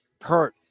hurt